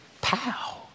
Pow